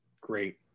great